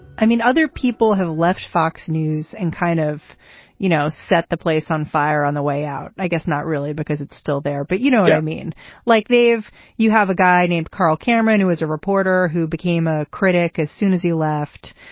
i mean other people have left fox news and kind of you know set the place on fire on the way out. i guess not really because it's still there but you know i mean like they've you have a guy named carl cameron who is a reporter who became a critic as soon as he left.